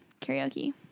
karaoke